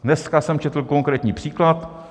Dneska jsem četl konkrétní příklad.